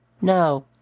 No